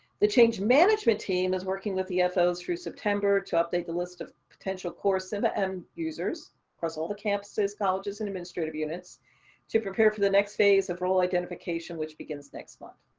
the change management team is working with the yeah fos through september to update the list of potential core simba end users across all the campuses, colleges, and administrative units to prepare for the next phase of role identification, which begins next month.